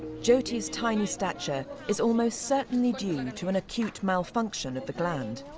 jyoti's tiny stature is almost certainly due and to an acute malfunction of the gland.